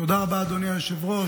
תודה רבה, אדוני היושב-ראש.